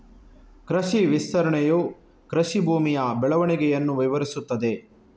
ಕೃಷಿ ವಿಸ್ತರಣೆಯು ಕೃಷಿ ಭೂಮಿಯ ಬೆಳವಣಿಗೆಯನ್ನು ವಿವರಿಸುತ್ತದೆ